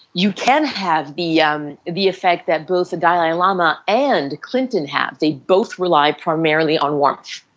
you can have the yeah um the effect that both the dalai lama and clinton have, they both rely primarily on warmth